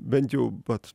bent jau pats